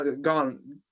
gone